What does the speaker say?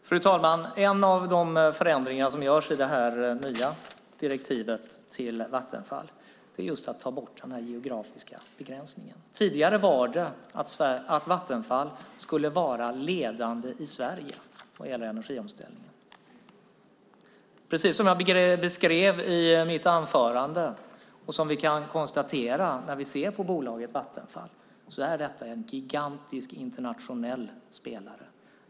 Fru talman! En av de förändringar som görs i och med det nya direktivet till Vattenfall är att ta bort den geografiska begränsningen. Tidigare gällde att Vattenfall skulle vara ledande i Sverige vad gäller energiomställningen. Precis som jag beskrev i mitt anförande och som vi kan konstatera när vi ser på bolaget Vattenfall är det en gigantisk internationell spelare.